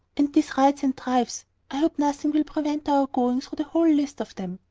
and these rides and drives i hope nothing will prevent our going through the whole list of them.